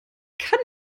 kann